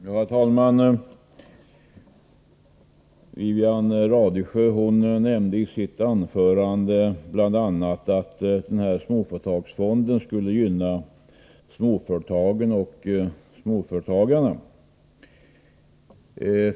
Herr talman! Wivi-Anne Radesjö nämnde i sitt anförande bl.a. att småföretagsfonden skulle gynna småföretagen och småföretagarna.